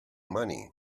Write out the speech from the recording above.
money